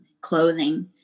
clothing